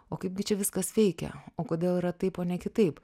o kaipgi čia viskas veikia o kodėl yra taip o ne kitaip